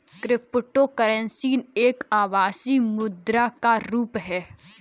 cryptocurrency एक आभासी मुद्रा का रुप है